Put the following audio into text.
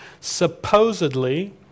supposedly